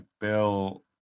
Bill